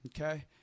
Okay